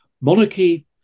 monarchy